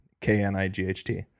K-N-I-G-H-T